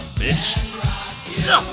bitch